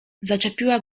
zaczepiła